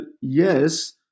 yes